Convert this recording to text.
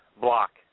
block